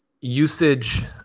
usage